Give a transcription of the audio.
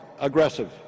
aggressive